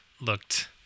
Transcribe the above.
looked